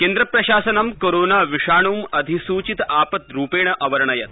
केन्द्रप्रशासनं कोरोनाविषाण् अधिसूचित आपत्रूपेण अवर्णयत्